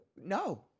no